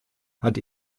hat